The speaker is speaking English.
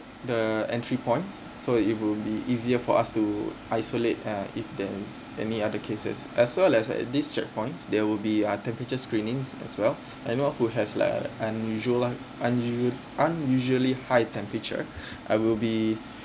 the entry points so it will be easier for us to isolate uh if there is any other cases as well as at this checkpoints there will be uh temperature screening as well and you know who has like uh unusual lah usu~ unusually high temperature I will be